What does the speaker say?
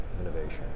innovation